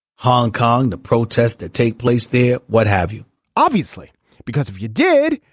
hong kong the protest take place there. what have you obviously because if you did.